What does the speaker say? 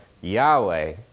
Yahweh